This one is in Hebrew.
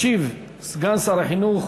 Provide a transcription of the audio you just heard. ישיב סגן שר החינוך